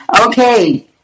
okay